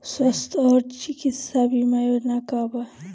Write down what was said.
स्वस्थ और चिकित्सा बीमा योजना का बा?